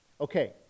Okay